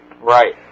Right